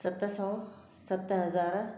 सत सौ सत हज़ार